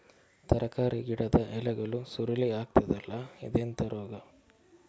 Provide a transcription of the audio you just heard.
ತರಕಾರಿ ಗಿಡದ ಎಲೆಗಳು ಸುರುಳಿ ಆಗ್ತದಲ್ಲ, ಇದೆಂತ ರೋಗ?